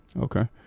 Okay